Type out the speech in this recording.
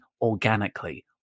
organically